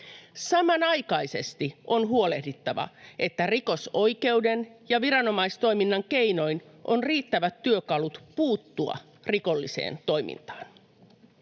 Samanaikaisesti on huolehdittava, että rikosoikeuden ja viranomaistoiminnan keinoin on riittävät työkalut puuttua rikolliseen toimintaan.